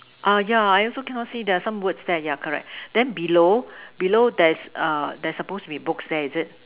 ah yeah I also cannot see there are some words there yeah correct then below below there's err there's supposed to be books there is it